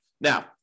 Now